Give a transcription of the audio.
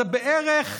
זה בערך,